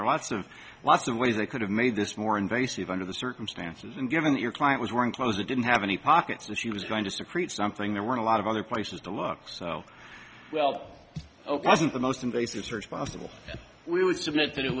there are lots of lots of ways they could have made this more invasive under the circumstances and given that your client was wearing clothes they didn't have any pockets that she was going to secreted something there were a lot of other places to look so well ok wasn't the most invasive search possible we would submit that it